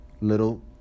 little